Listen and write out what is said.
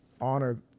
Honor